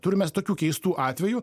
turim mes tokių keistų atvejų